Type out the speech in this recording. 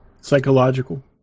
Psychological